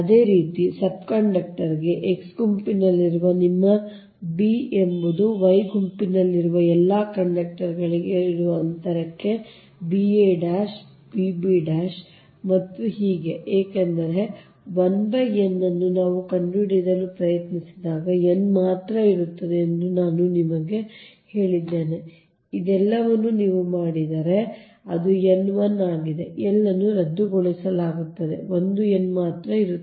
ಅದೇ ರೀತಿ ಸಬ್ ಕಂಡಕ್ಟರ್ಗೆ X ಗುಂಪಿನಲ್ಲಿರುವ ನಿಮ್ಮ b ಎಂಬುದು Y ಗುಂಪಿನಲ್ಲಿರುವ ಎಲ್ಲಾ ಕಂಡಕ್ಟರ್ಗಳಿಗೆ ಇರುವ ಅಂತರಕ್ಕೆ ಅಂದರೆ ba bb ಮತ್ತು ಹೀಗೆ ಏಕೆಂದರೆ 1 n ನಾವು ಇದನ್ನು ಕಂಡುಹಿಡಿಯಲು ಪ್ರಯತ್ನಿಸಿದಾಗ n ಮಾತ್ರ ಇರುತ್ತದೆ ಎಂದು ನಾನು ನಿಮಗೆ ಹೇಳಿದ್ದೇನೆ ಇದೆಲ್ಲವನ್ನೂ ನೀವು ಮಾಡಿದರೆ ಅದು n 1 ಆಗಿದೆ L ಅನ್ನು ರದ್ದುಗೊಳಿಸಲಾಗುತ್ತದೆ ಒಂದು n ಇರುತ್ತದೆ